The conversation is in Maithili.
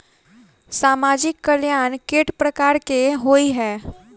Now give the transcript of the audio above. सामाजिक कल्याण केट प्रकार केँ होइ है?